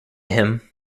him